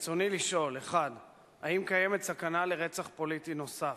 רצוני לשאול: 1. האם קיימת סכנה של רצח פוליטי נוסף?